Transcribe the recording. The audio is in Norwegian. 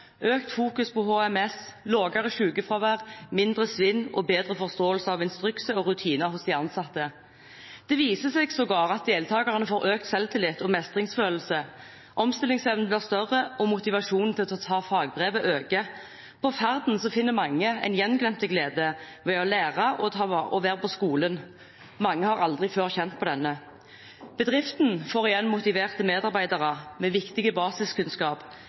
økt fokus på HMS, lavere sykefravær, mindre svinn og bedre forståelse av instrukser og rutiner hos de ansatte. Det viser seg sågar at deltakerne får økt selvtillit og mestringsfølelse, omstillingsevnen blir større, og motivasjonen til å ta fagbrevet øker. På ferden finner mange en gjenglemt glede ved å lære og å være på skolen. Mange har aldri før kjent på denne. Bedriften får igjen motiverte medarbeidere med viktig basiskunnskap.